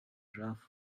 rough